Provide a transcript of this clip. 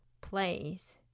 place